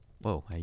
Whoa